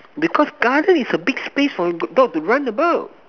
because garden is a big space for dog to run about